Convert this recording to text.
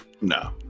No